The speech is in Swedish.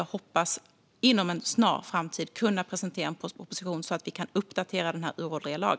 Jag hoppas inom en snar framtid kunna presentera en proposition så att vi kan uppdatera denna uråldriga lag.